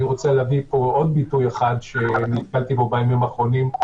אני רוצה להביא לפה עוד ביטוי אחד שנתקלתי בו בימים האחרונים,